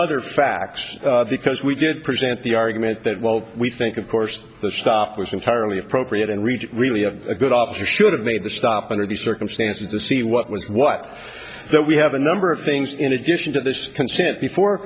other facts because we did present the argument that well we think of course the stop was entirely appropriate and reach really a good officer should have made the stop under the circumstances to see what was what the we have a number of things in addition to this consent before